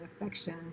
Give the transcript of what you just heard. affection